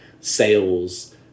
sales